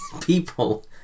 people